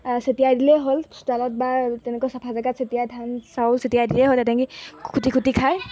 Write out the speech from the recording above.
চটিয়াই দিলেই হ'ল চোতালত বা তেনেকুৱা চাফা জেগাত চটিয়াই ধান চাউল চটিয়াই দিলেই হ'ল তেনেকৈ খুটি খুটি খায়